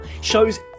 shows